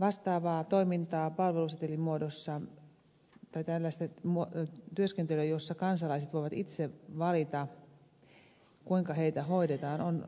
vastaavaa toimintaa palvelusetelin muodossa tällaista työskentelyä jossa kansalaiset voivat itse valita kuinka heitä hoidetaan on